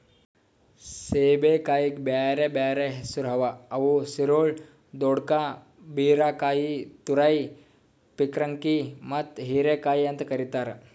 ಸೇಬೆಕಾಯಿಗ್ ಬ್ಯಾರೆ ಬ್ಯಾರೆ ಹೆಸುರ್ ಅವಾ ಅವು ಸಿರೊಳ್, ದೊಡ್ಕಾ, ಬೀರಕಾಯಿ, ತುರೈ, ಪೀರ್ಕಂಕಿ ಮತ್ತ ಹೀರೆಕಾಯಿ ಅಂತ್ ಕರಿತಾರ್